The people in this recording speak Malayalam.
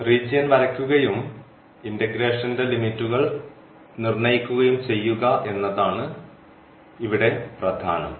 റീജിയൻ വരയ്ക്കുകയും ഇന്റഗ്രേഷന്റെ ലിമിറ്റ്കൾ നിർണ്ണയിക്കുകയും ചെയ്യുക എന്നതാണ് ഇവിടെ പ്രധാനം